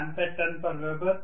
ampere turn per weber